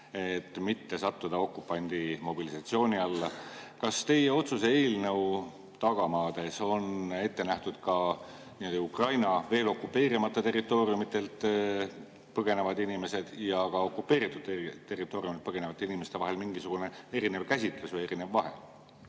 et mitte sattuda okupandi mobilisatsiooni alla. Kas teie otsuse eelnõu tagamaades on ette nähtud ka Ukraina veel okupeerimata territooriumidelt põgenevate inimeste ja okupeeritud territooriumidelt põgenevate inimeste puhul mingisugune erinev käsitlus või vahe?